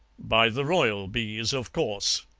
by the royal bees, of course